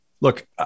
look